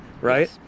right